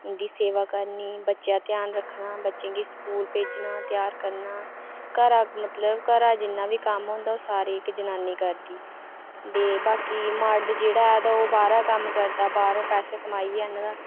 उं'दी सेवा करनी बच्चे दा ध्यान रक्खना बच्चें गी स्कूल भेजना त्यार करना घरै दा मतलब घै दा जिन्ना बी कम्म होंदा ओह् सारी जनान्नी करदी ते बाकी मर्द जेह्ड़ा ऐ ओह् बाह्रा कम्म करदा ते बाह्रा पैसे कमाइयै आह्नदा